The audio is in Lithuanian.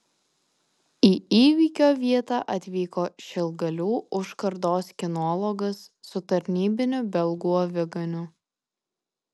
į įvykio vietą atvyko šilgalių užkardos kinologas su tarnybiniu belgų aviganiu